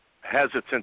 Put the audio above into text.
hesitant